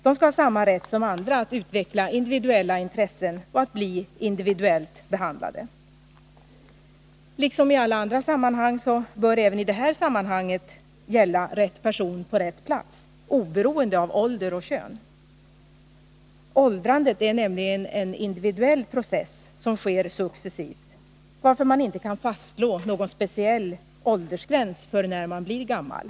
De skall ha samma rätt som andra att utveckla individuella intressen och att bli individuellt behandlade. Liksom i alla andra sammanhang bör även här gälla ”rätt person på rätt Nr 13 plats”, oberoende av ålder och kön. Åldrandet är nämligen en individuell Onsdagen den process som sker successivt, varför man inte kan fastslå någon speciell 28 oktober 1981 åldersgräns för när man blir gammal.